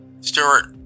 Stewart